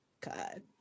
God